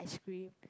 ice cream